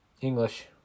English